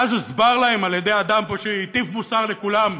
ואז הוסבר להם על ידי אדם פה, שהטיף מוסר לכולם,